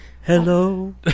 Hello